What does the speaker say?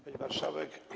Pani Marszałek!